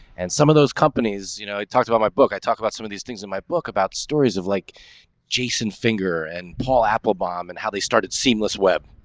and some of those companies you know, it talked about my book. i talk about some of these things in my book about stories of like jason finger and paul applebaum and how they started seamless web.